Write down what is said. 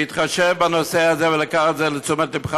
אז אני מבקש להתחשב בנושא הזה ולקחת את זה לתשומת לבך,